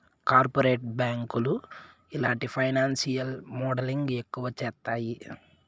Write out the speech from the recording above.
corporate బ్యాంకులు ఇలాంటి financial modelling ఎక్కువ చేత్తాయి